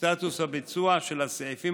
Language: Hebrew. סטטוס הביצוע של הסעיפים